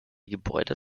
gebäude